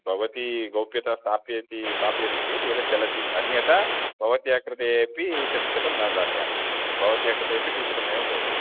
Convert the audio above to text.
भवती गोप्यता स्थापयति स्थापयति चेत् एतद् चलति अन्यथा भवत्याः कृते अपि चतुश्शतं न दास्यामि भवत्याः कृते अपि त्रिशतमेव भवति